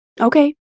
Okay